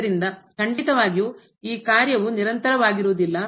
ಆದ್ದರಿಂದ ಖಂಡಿತವಾಗಿಯೂ ಈ ಕಾರ್ಯವು ನಿರಂತರವಾಗಿರುವುದಿಲ್ಲ